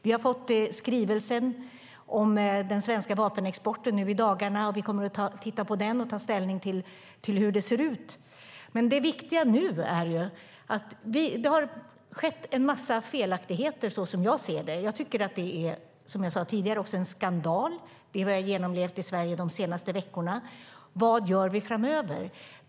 Vi har fått skrivelsen om den svenska vapenexporten nu i dagarna, och vi kommer att titta på den och ta ställning till hur det ser ut. Det har som jag ser det skett en massa felaktigheter. Jag tycker, som jag sade tidigare, att det vi har genomlevt i Sverige under de senaste veckorna är en skandal. Vad gör vi framöver?